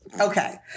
okay